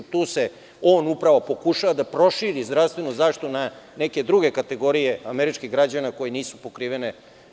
Tu on upravo pokušava da proširi zdravstvenu zaštitu na neke druge kategorije američkih građana koje nisu pokrivene.